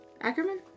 Ackerman